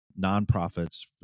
nonprofits